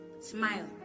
smile